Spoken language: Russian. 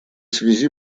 связи